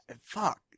fuck